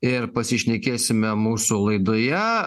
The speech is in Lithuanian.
ir pasišnekėsime mūsų laidoje